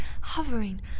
hovering